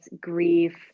grief